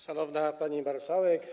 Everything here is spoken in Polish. Szanowna Pani Marszałek!